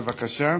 בבקשה.